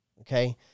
okay